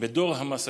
ואת דור המסכים.